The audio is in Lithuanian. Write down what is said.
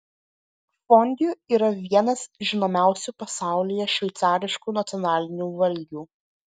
fondiu yra vienas žinomiausių pasaulyje šveicariškų nacionalinių valgių